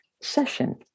session